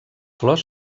flors